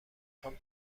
خوام